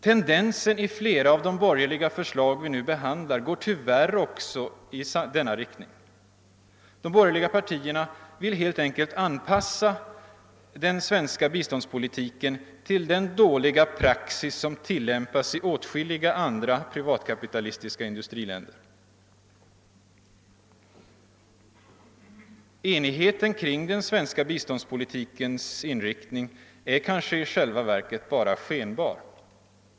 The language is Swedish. Tendensen i flera av de borgerliga förslag vi nu behandlar går tyvärr också i denna riktning. De borgerliga partierna vill helt enkelt anpassa den svenska biståndspolitiken till den dåliga praxis som tillämpas i åtskilliga andra privatkapitalistiska industriländer. Enigheten kring den svenska biståndspolitikens inriktning är kanske i själva verket bara skenbar.